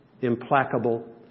implacable